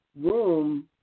room